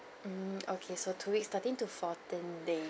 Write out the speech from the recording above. mm okay so two weeks thirteen to fourteen day